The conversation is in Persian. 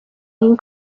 این